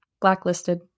Blacklisted